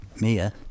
Mia